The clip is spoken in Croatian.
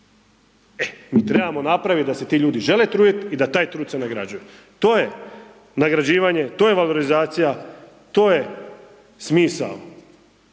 mi trebamo napravit da se ti ljudi žele trudit i da taj trud se nagrađuje, to je nagrađivanje, to je valorizacija, to je smisao